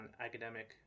academic